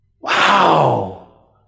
Wow